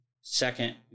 second